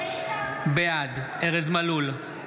בעד ארז מלול,